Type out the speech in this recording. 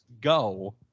go